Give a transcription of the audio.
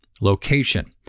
location